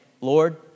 Lord